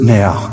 now